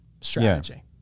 strategy